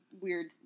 weird